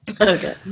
Okay